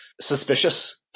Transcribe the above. suspicious